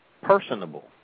personable